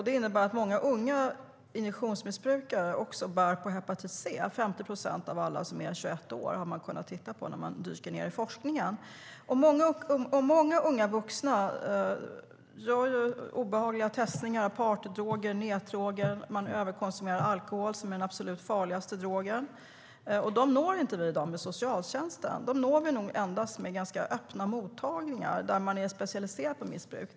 Det innebär att många unga injektionsmissbrukare bär på hepatit C, enligt forskningen 50 procent av alla som är 21 år. Många unga vuxna testar obehagliga droger - partydroger och nätdroger - och överkonsumerar alkohol, som är den absolut farligaste drogen. Dem når vi inte med socialtjänsten, utan dem når vi nog endast med ganska öppna mottagningar som är specialiserade på missbruk.